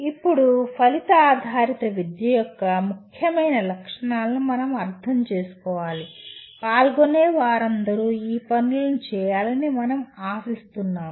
ఇప్పుడు ఫలిత ఆధారిత విద్య యొక్క ముఖ్యమైన లక్షణాలను మనం అర్థం చేసుకోవాలి పాల్గొనే వారందరూ ఈ పనులను చేయాలని మనం ఆశిస్తున్నాము